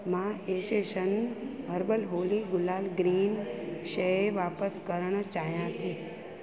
मां असेशन हर्बल होली गुलाल ग्रीन शइ वापसि करणु चाहियां थी